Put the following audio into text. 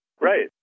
Right